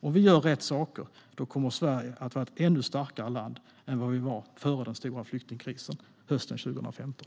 Om vi gör rätt saker kommer Sverige att vara ett ännu starkare land än före den stora flyktingkrisen hösten 2015.